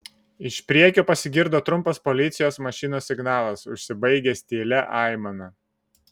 iš priekio pasigirdo trumpas policijos mašinos signalas užsibaigęs tylia aimana